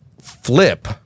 flip